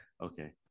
okay